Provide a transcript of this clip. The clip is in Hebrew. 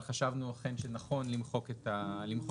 אבל חשבנו אכן שנכון למחוק את ההגדרה.